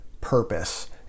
purpose